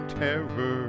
terror